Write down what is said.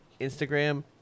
Instagram